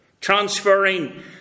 transferring